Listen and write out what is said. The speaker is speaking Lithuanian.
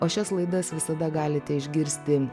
o šias laidas visada galite išgirsti